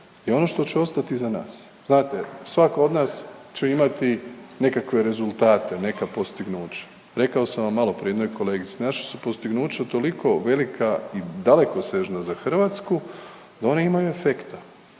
je ono što će ostati iza nas. Znate, svatko od nas će imati nekakve rezultate, neka postignuća. Rekao sam vam maloprije jednoj kolegici, naša su postignuća toliko velika i dalekosežna za hrvatsku da one imaju efekta.